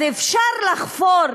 אז אפשר לחפור